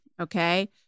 Okay